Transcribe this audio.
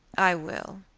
i will.